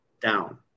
down